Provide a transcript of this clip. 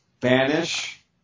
banish